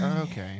Okay